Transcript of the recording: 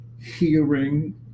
hearing